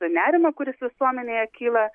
nerimą kuris visuomenėje kyla